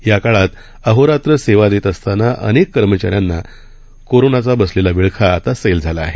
या काळात अहोरात्र सेवा देत असताना अनेक कर्मचा यांना कोरोनाचा बसलेला विळखा आता सैल झाला आहे